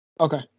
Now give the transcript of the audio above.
Okay